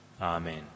Amen